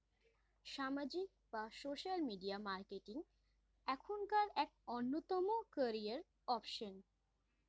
সামাজিক বা social media marketing এখনকার এক অন্যতম ক্যারিয়ার অপশন